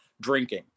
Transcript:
drinking